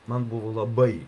man buvo labai